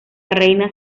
reina